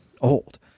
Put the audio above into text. old